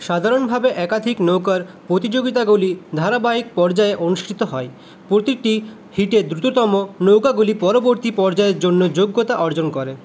সাধারণভাবে একাধিক নৌকার প্রতিযোগিতাগুলি ধারাবাহিক পর্যায়ে অনুষ্ঠিত হয় প্রতিটি হিটে দ্রুততম নৌকাগুলি পরবর্তী পর্যায়ের জন্য যোগ্যতা অর্জন করে